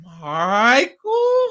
Michael